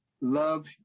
Love